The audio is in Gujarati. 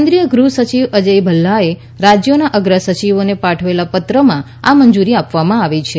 કેન્દ્રીય ગૃહ સચિવ અજય ભલ્લાએ રાજ્યોના અગ્રસચિવોને પાઠવેલા પત્રમાં આ મંજુરી આપવામાં આવી છે